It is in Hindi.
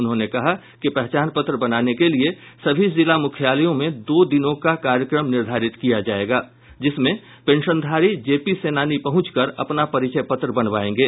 उन्होंने कहा कि पहचान पत्र बनाने के लिये सभी जिला मुख्यालयों में दो दिनों का कार्यक्रम निर्धारित किया जायेगा जिसमें पेंशनधारी जेपी सेनानी पहुंच कर अपना परिचय पत्र बनवायेंगे